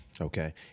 Okay